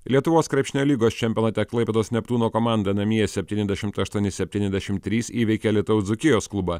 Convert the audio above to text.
lietuvos krepšinio lygos čempionate klaipėdos neptūno komanda namie septyniasdešimt aštuoni septyniasdešimt trys įveikė alytaus dzūkijos klubą